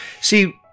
see